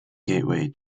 gateway